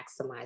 maximize